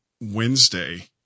Wednesday